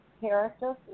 character